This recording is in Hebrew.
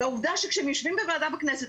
והעובדה שכאשר הם יושבים בוועדה בכנסת,